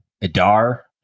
Adar